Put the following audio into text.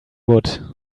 would